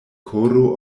koro